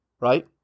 right